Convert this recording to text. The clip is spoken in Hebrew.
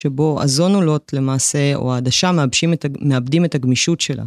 שבו הזונולות למעשה, או העדשה, מייבשים את... מאבדים את הגמישות שלה.